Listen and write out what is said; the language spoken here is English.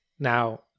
Now